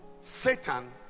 Satan